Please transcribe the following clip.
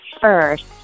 first